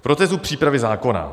K procesu přípravy zákona.